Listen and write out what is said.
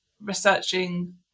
researching